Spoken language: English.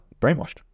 brainwashed